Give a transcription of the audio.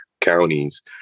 counties